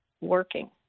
working